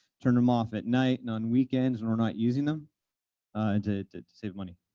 turn them off at night and on weekends when we're not using them to to save money.